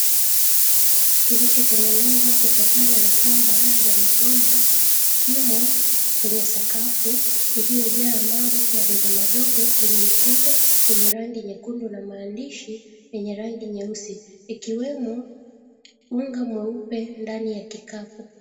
Kilichotengenezwa kutokana na kamba za mgomba kimo kwenye sakafu iliyojaa mawe madogo madogo kwenye mkebe wenye rangi mwekundu na maandishi yenye rangi nyeusi ikiwemo unga mweupe ndani ya kikapu.